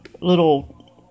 little